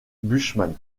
bushman